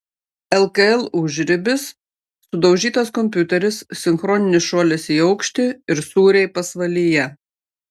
lkl užribis sudaužytas kompiuteris sinchroninis šuolis į aukštį ir sūriai pasvalyje